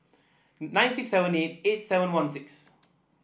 nine six seven eight eight seven one six